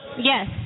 Yes